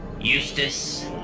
Eustace